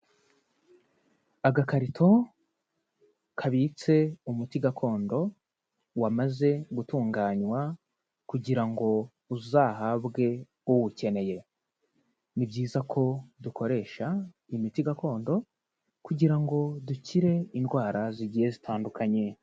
Agakarito kabitse umuti gakondo, wamaze gutunganywa kugira ngo uzahabwe uwukeneye. Ni byiza ko dukoresha imiti gakondo kugira ngo dukire indwara zigiye zitandukanye.